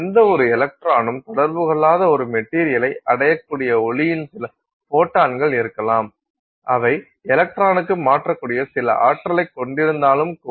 எந்தவொரு எலக்ட்ரானுடனும் தொடர்பு கொள்ளாத ஒரு மெட்டீரியலை அடையக்கூடிய ஒளியின் சில ஃபோட்டான்கள் இருக்கலாம் அவை எலக்ட்ரானுக்கு மாற்றக்கூடிய சில ஆற்றலைக்கொண்டிருந்தாலும் கூட